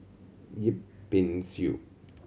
Yip Pin Xiu